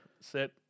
set